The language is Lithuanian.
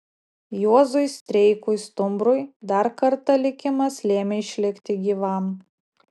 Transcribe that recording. juozui streikui stumbrui dar kartą likimas lėmė išlikti gyvam